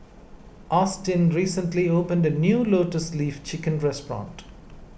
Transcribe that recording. Austyn recently opened a new Lotus Leaf Chicken Restaurant